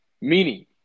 Meaning